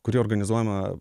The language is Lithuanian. kuri organizuojama